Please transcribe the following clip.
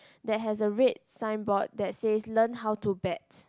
that has a red sign board that says learn how to bet